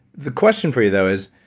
the question for you though is,